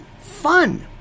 fun